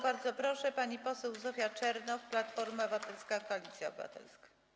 Bardzo proszę, pani poseł Zofia Czernow, Platforma Obywatelska - Koalicja Obywatelska.